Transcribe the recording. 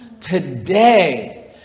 Today